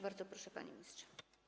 Bardzo proszę, panie ministrze.